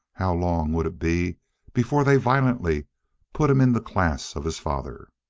how long would it be before they violently put him in the class of his father?